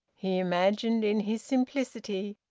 he imagined in his simplicity,